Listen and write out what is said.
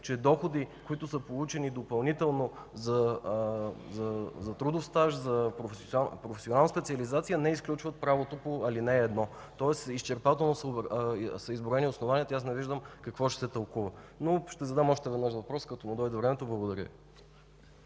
че доходи, получени допълнително за трудов стаж, за професионална специализация, не изключват правото по ал. 1. Тоест изчерпателно са изброени основанията и аз не виждам какво ще се тълкува. Ще задам още веднъж въпроса, когато му дойде времето. Благодаря.